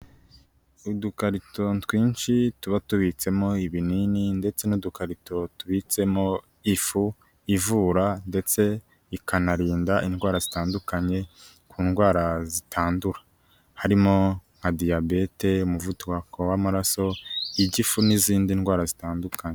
Udukarito twinshi tuba tubitsemo ibinini ndetse n'udukarito tubitsemo ifu ivura ndetse ikanarinda indwara zitandukanye ku ndwara zitandura, harimo nka diyabete, umuvuduko w'amaraso, igifu n'izindi ndwara zitandukanye.